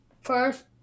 First